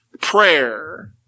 prayer